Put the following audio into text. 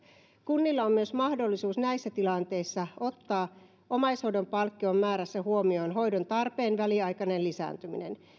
kunnilla on myös mahdollisuus näissä tilanteissa ottaa omaishoidon palkkion määrässä huomioon hoidon tarpeen väliaikainen lisääntyminen